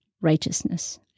righteousness